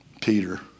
Peter